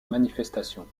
manifestation